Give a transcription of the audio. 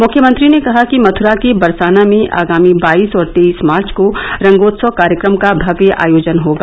मुख्यमंत्री ने कहा कि मथुरा के बरसाना में आगामी बाईस और तेईस मार्च को रंगोत्सव कार्यक्रम का भव्य आयोजन होगा